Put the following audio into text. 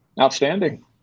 Outstanding